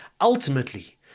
ultimately